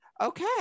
Okay